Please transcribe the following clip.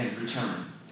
return